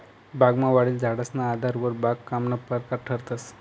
बागमा वाढेल झाडेसना आधारवर बागकामना परकार ठरतंस